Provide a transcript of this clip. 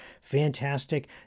fantastic